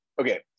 okay